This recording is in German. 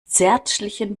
zärtlichen